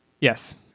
Yes